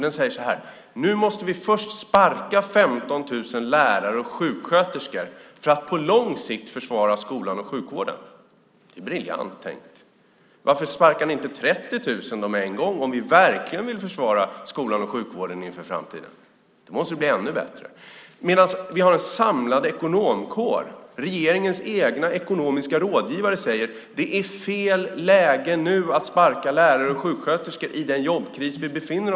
Den säger så här: Nu måste vi först sparka 15 000 lärare och sjuksköterskor för att på lång sikt försvara skolan och sjukvården. Det är briljant tänkt! Varför sparkar ni då inte 30 000 med en gång, om ni verkligen vill försvara skolan och sjukvården inför framtiden? Då måste det ju bli ännu bättre. Samtidigt har vi en samlad ekonomkår, regeringens egna ekonomiska rådgivare, som säger: Det är fel läge att nu, i den jobbkris vi befinner oss i, sparka lärare och sjuksköterskor.